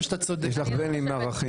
יש לך בן עם ערכים.